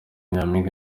nyampinga